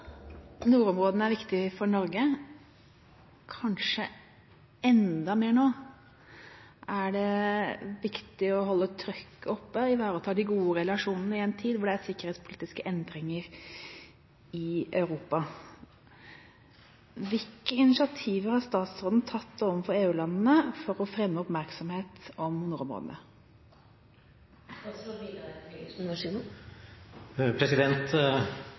det nå å holde trykket oppe og ivareta de gode relasjonene, i en tid da det er sikkerhetspolitiske endringer i Europa. Hvilke initiativer har statsråden tatt overfor EU-landene for å fremme oppmerksomhet om nordområdene?